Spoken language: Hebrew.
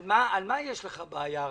עם מה יש לך בעיה?